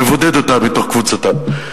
מבודד אותה מתוך קבוצתה.